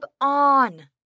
on